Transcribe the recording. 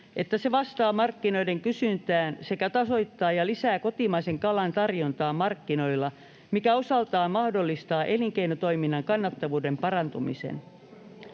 että se vastaa markkinoiden kysyntään sekä tasoittaa ja lisää kotimaisen kalan tarjontaa markkinoilla, mikä osaltaan mahdollistaa elinkeinotoiminnan kannattavuuden parantumisen.